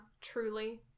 truly